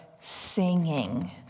singing